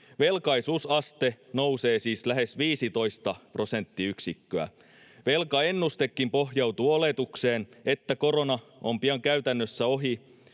Velkaisuusaste nousee siis lähes 15 prosenttiyksikköä. Velkaennustekin pohjautuu oletukseen, että korona on pian käytännössä ohi